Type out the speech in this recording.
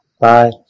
Bye